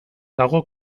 dago